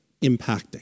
impacting